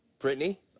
Brittany